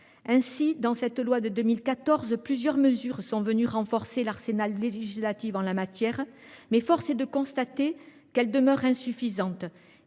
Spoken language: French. Ainsi, dans la loi de 2014, plusieurs mesures ont déjà renforcé l’arsenal législatif en la matière, mais force est de constater qu’elles demeurent insuffisantes.